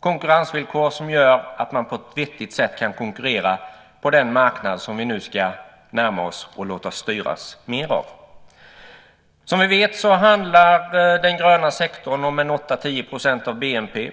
konkurrensvillkor som gör att man på ett vettigt sätt kan konkurrera på den marknad som vi nu ska närma oss och låta oss styras mer av. Som vi vet handlar den gröna sektorn om 8-10 % av BNP.